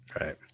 right